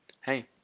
Hey